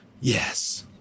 Yes